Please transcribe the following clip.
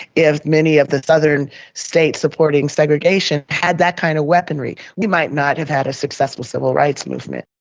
if many of the southern states supporting segregation had that kind of weaponry. we might not have had a successful civil rights movement.